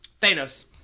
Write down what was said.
Thanos